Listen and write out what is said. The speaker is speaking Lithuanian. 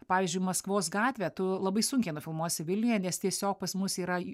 pavyzdžiui maskvos gatvę tu labai sunkiai nufilmuosi vilniuje nes tiesiog pas mus yra